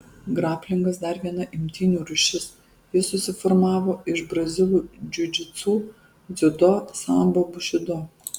graplingas dar viena imtynių rūšis ji susiformavo iš brazilų džiudžitsu dziudo sambo bušido